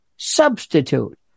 substitute